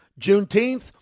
Juneteenth